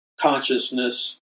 consciousness